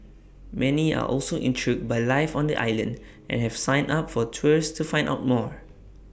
many are also intrigued by life on the island and have signed up for tours to find out more